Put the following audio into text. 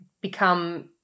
become